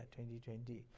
2020